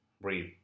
breathe